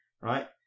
right